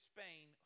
Spain